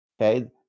Okay